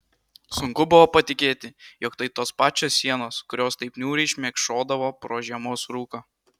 sunku buvo patikėti jog tai tos pačios sienos kurios taip niūriai šmėkšodavo pro žiemos rūką